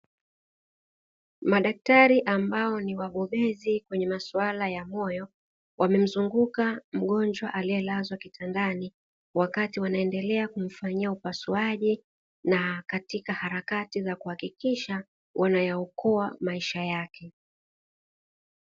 Madaktari ambao ni wabobezi kwenye maswala ya moyo, wamemzunguka mgonjwa aliyelazwa kitandani wakati wanaendelea kumfanyia upasuaji na katika harakati za kuhakikisha wanayaokoa maisha yake.